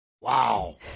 Wow